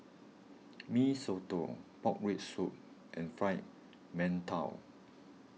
Mee Soto Pork Rib Soup and Fried Mantou